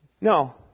No